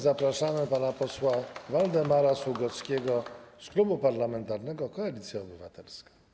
Zapraszamy pana posła Waldemara Sługockiego z Klubu Parlamentarnego Koalicja Obywatelska.